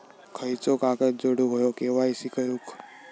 खयचो कागद जोडुक होयो के.वाय.सी करूक?